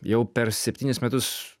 jau per septynis metus